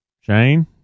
Shane